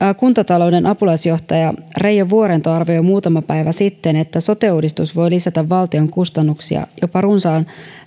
kuntatalouden apulaisjohtaja reijo vuorento arvioi muutama päivä sitten että sote uudistus voi lisätä valtion kustannuksia jopa runsaat